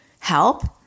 Help